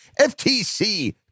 FTC